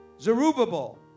Zerubbabel